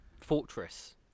fortress